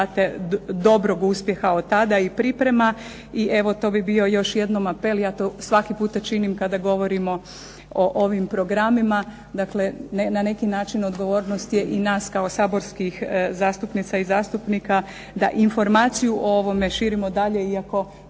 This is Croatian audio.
rezultate dobrog uspjeha od tada i priprema. I evo to bi bio još jednom apel. Ja to svaki puta činim kada govorimo o ovim programima. Dakle, na neki način odgovornost je i nas kao saborskih zastupnica i zastupnika da informaciju o ovome širimo dalje iako